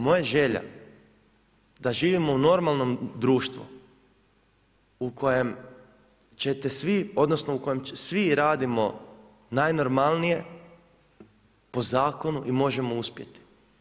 Moja je želja da živimo u normalnom društvu u kojem ćete svi, odnosno u kojem svi radimo najnormalnije po zakonu i možemo uspjeti.